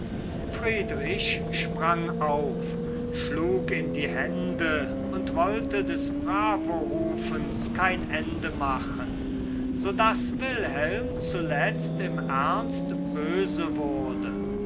friedrich sprang auf schlug in die hände und wollte des bravorufens kein ende machen so daß wilhelm zuletzt im ernst böse wurde